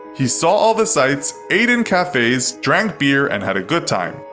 he saw all the sites, ate in cafes, drank beer, and had a good time.